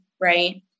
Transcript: right